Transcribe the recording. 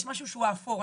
יש משהו שהוא אפור.